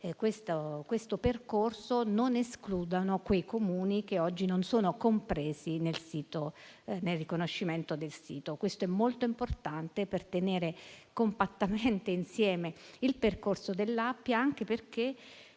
il percorso non escludano quei Comuni che oggi non sono compresi nel riconoscimento del sito. Questo è molto importante per tenere compattamente insieme il percorso dell'Appia, anche perché